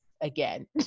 again